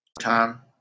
Time